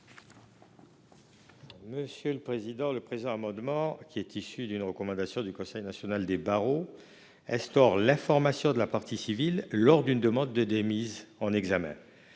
M. Guy Benarroche. Le présent amendement, qui est issu d'une recommandation du Conseil national des barreaux, vise à instaurer l'information de la partie civile lors d'une demande de « démise » en examen.